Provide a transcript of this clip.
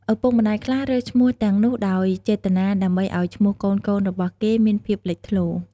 ឪពុកម្ដាយខ្លះរើសឈ្មោះទាំងនោះដោយចេតនា ដើម្បីឱ្យឈ្មោះកូនៗរបស់គេមានភាពលេចធ្លោ។